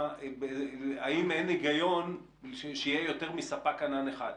האם אין הגיון שיהיו יותר מספק ענן אחד?